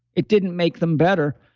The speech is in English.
it didn't make them better.